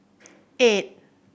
eight